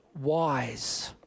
wise